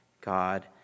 God